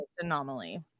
anomaly